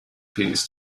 piece